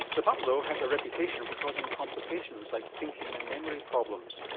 the pump though has a reputation for causing complications like thinking and memory problems,